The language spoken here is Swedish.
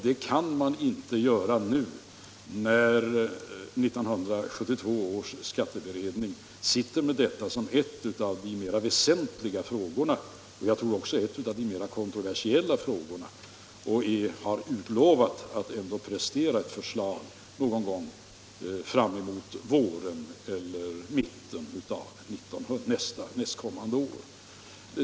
Det är inte möjligt nu när 1972 års skatteutredning har detta som en av de mera väsentliga och troligen också mera kontroversiella frågorna och har utlovat ett förslag till någon gång fram emot våren eller mitten av nästkommande år.